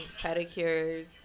pedicures